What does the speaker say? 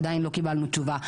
עדיין לא קיבלנו תשובה.